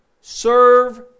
serve